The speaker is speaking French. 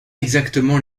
exactement